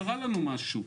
קרה לנו משהו,